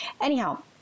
Anyhow